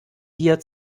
dir